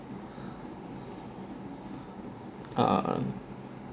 err